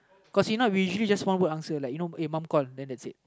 cause he now usually just one word answer like you know uh mom call then that's it